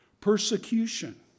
persecution